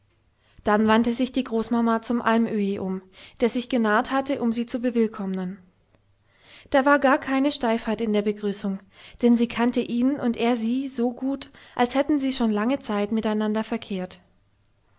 dann wandte sich die großmama zum almöhi um der sich genaht hatte um sie zu bewillkommnen da war gar keine steifheit in der begrüßung denn sie kannte ihn und er sie so gut als hätten sie schon lange zeit miteinander verkehrt